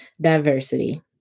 diversity